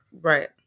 Right